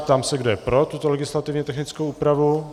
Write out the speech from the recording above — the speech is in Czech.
Ptám se, kdo je pro tuto legislativně technickou úpravu.